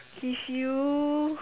give you